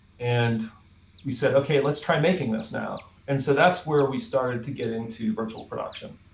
and we said, ok, let's try making this now. and so that's where we started to get into virtual production.